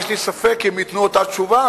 יש לי ספק אם ייתנו אותה תשובה,